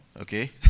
okay